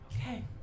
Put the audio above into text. Okay